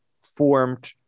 formed